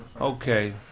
Okay